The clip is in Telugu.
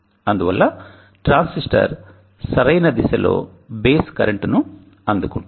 అందువల్ల ట్రాన్సిస్టర్ సరైన దిశలో బేస్ కరెంట్ను అందుకుంటుంది